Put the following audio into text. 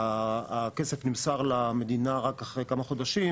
הכסף נמסר למדינה רק אחרי כמה חודשים,